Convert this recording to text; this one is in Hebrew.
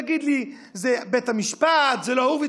תגיד לי: זה בית המשפט, זה לא הורוביץ.